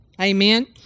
Amen